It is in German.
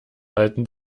halten